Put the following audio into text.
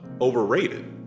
overrated